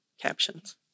captions